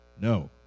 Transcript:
no